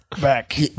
back